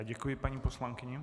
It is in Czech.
Děkuji paní poslankyni.